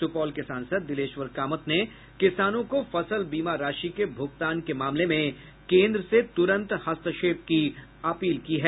सुपौल के सांसद दिलेश्वर कामत ने किसानों को फसल बीमा राशि के भुगतान के मामले में केन्द्र से तुरंत हस्तक्षेप की अपील की है